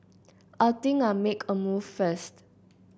I think I'll make a move first